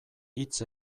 hitz